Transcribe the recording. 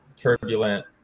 turbulent